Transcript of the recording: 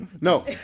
No